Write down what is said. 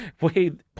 Wait